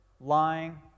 lying